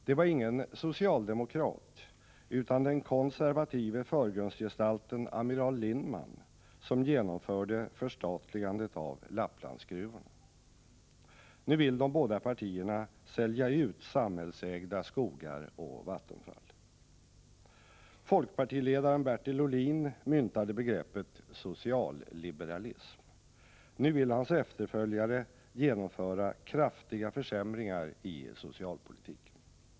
Det var ingen socialdemokrat, utan den konservative förgrundsgestalten amiral Lindman, som genomförde förstatligandet av Lapplandsgruvorna. Nu vill de båda partierna sälja ut samhällsägda skogar och vattenfall. Folkpartiledaren Bertil Ohlin myntade begreppet socialliberalism. Nu vill hans efterföljare genomföra kraftiga försämringar i socialpolitiken.